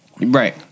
Right